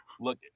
Look